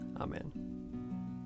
Amen